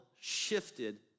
shifted